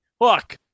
Look